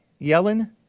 Yellen